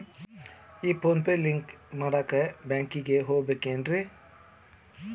ಈ PhonePe link ಮಾಡಾಕ ಬ್ಯಾಂಕಿಗೆ ಹೋಗ್ಬೇಕೇನ್ರಿ?